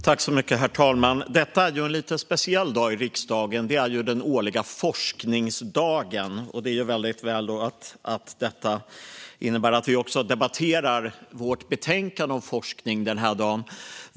Herr talman! Detta är en speciell dag i riksdagen, nämligen den årliga forskningsdagen. Och det är då väl att vi också debatterar vårt betänkande om forskning denna dag.